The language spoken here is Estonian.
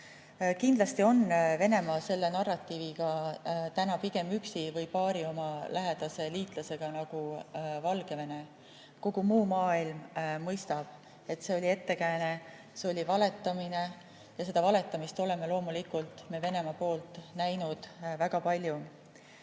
Kindlasti on Venemaa selle narratiiviga täna pigem üksi või paari oma lähedase liitlasega, nagu Valgevene. Kogu muu maailm mõistab, et see oli ettekääne, see oli valetamine. Ja seda valetamist oleme loomulikult Venemaa poolt näinud väga palju. Siin